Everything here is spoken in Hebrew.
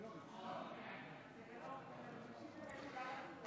תגידו, השתגעתם?